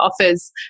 offers